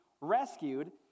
Rescued